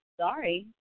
Sorry